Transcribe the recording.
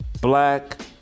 black